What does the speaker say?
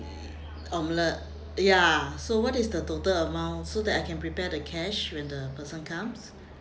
omelette ya so what is the total amount so that I can prepare the cash when the person comes